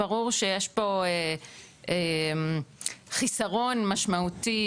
ברור שיש פה חיסרון משמעותי,